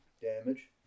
damage